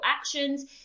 actions